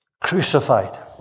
Crucified